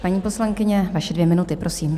Paní poslankyně, vaše dvě minuty, prosím.